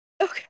Okay